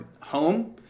home